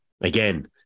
Again